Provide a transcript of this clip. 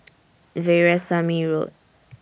Veerasamy Road